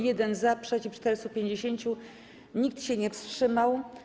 1 - za, przeciw - 450, nikt się nie wstrzymał.